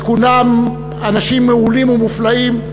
וכולם אנשים מעולים ומופלאים,